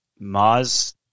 Maz